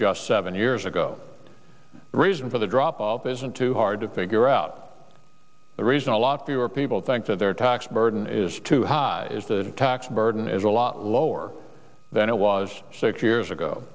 just seven years ago the reason for the drop of isn't too hard to figure out the reason a lot fewer people think that their tax burden is too high is the tax burden is a lot lower than it was six years ago